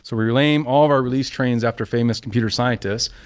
so we renamed all of our release trains after famous computer scientists.